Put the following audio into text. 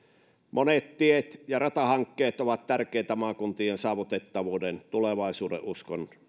monet tiet ja ratahankkeet ovat tärkeitä maakuntien saavutettavuuden tulevaisuudenuskon